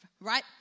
right